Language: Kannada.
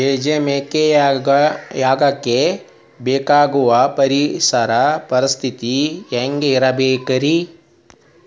ಬೇಜ ಮೊಳಕೆಯಾಗಕ ಬೇಕಾಗೋ ಪರಿಸರ ಪರಿಸ್ಥಿತಿ ಹ್ಯಾಂಗಿರಬೇಕರೇ?